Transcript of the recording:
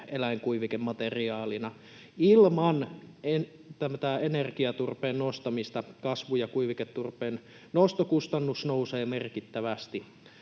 eläinkuivikemateriaalina. Ilman tätä energiaturpeen nostamista kasvu- ja kuiviketurpeen nostokustannus nousee merkittävästi.